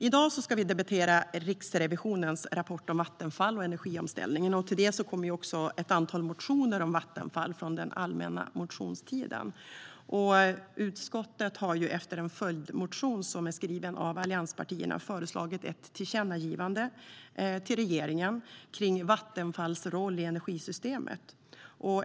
I dag ska vi debattera Riksrevisionens rapport om Vattenfall och energiomställningen. Till det kommer också ett antal motioner om Vattenfall från allmänna motionstiden. Utskottet har efter en följdmotion skriven av allianspartierna föreslagit ett tillkännagivande till regeringen om Vattenfalls roll i energisystemet.